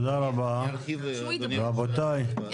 רבותיי.